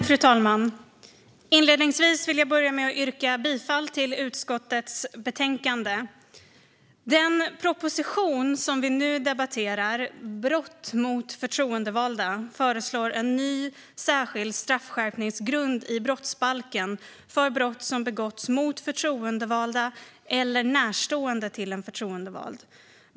Fru talman! Jag vill inledningsvis yrka bifall till utskottets förslag i betänkandet. I den proposition vi nu debatterar, Brott mot förtroendevalda , föreslås en ny särskild straffskärpningsgrund i brottsbalken för brott som begåtts mot förtroendevalda eller närstående till en förtroendevald.